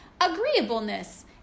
agreeableness